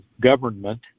government